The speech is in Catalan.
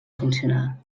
funcionar